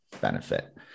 benefit